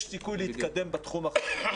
יש סיכוי להתקדם בתחום החשוב הזה.